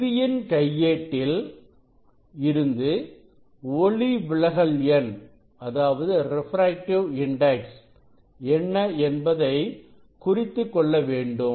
கருவியின் கையேட்டில் இருந்து ஒளிவிலகல் எண் என்ன என்பதை குறித்துக்கொள்ள வேண்டும்